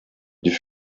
die